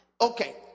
Okay